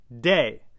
day